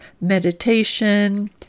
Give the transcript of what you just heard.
meditation